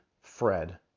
Fred